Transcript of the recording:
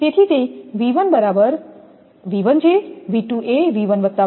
તેથી તે 𝑉1 બરાબર 𝑣1 છે 𝑉2 એ 𝑣1 𝑣2 છે